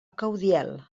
caudiel